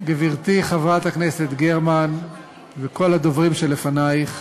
גברתי חברת הכנסת גרמן וכל הדוברים שלפנייך,